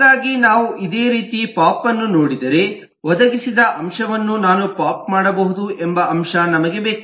ಹಾಗಾಗಿ ನಾವು ಇದೇ ರೀತಿ ಪೋಪ್ ಅನ್ನು ನೋಡಿದರೆ ಒದಗಿಸಿದ ಅಂಶವನ್ನು ನಾನು ಪೋಪ್ ಮಾಡಬಹುದು ಎಂಬ ಅಂಶ ನಮಗೆ ಬೇಕು